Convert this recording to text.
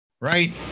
right